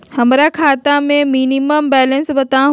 हमरा खाता में मिनिमम बैलेंस बताहु?